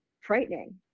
frightening